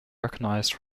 recognised